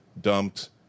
dumped